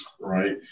Right